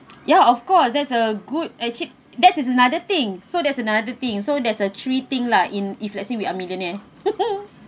ya of course that's a good actually that is another thing so that's another thing so that's a three thing lah in if let's say we are millionaire